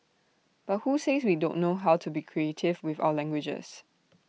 but who says we don't know how to be creative with our languages